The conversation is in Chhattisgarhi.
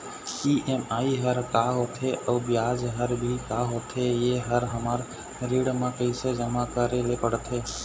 ई.एम.आई हर का होथे अऊ ब्याज हर भी का होथे ये हर हमर ऋण मा कैसे जमा करे ले पड़ते?